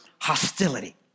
hostility